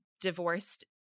divorced